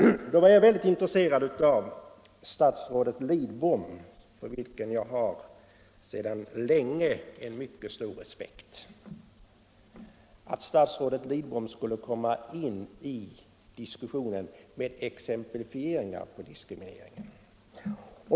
Då var jag mycket intresserad av att få höra vad statsrådet Lidbom hade att säga — för honom har jag sedan länge en mycket stor respekt. Jag väntade att statsrådet Lidbom i debatten skulle ge exemplifieringar på diskriminering.